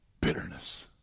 bitterness